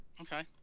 Okay